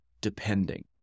depending